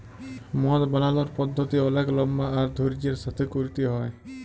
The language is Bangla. মদ বালালর পদ্ধতি অলেক লম্বা আর ধইর্যের সাথে ক্যইরতে হ্যয়